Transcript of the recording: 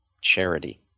charity